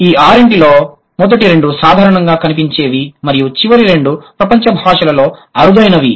ఈ ఆరింటిలో మొదటి రెండు సాధారణంగా కనిపించేవి మరియు చివరి రెండు ప్రపంచ భాషలలోనే అరుదైనవి